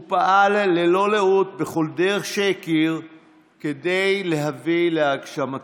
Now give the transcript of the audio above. הוא פעל ללא לאות בכל דרך שהכיר כדי להביא להגשמתו.